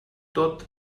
tot